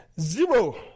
Zero